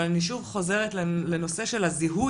אבל אני שוב חוזרת לנושא של הזיהוי,